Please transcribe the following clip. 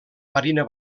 marina